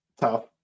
Tough